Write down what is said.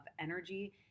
energy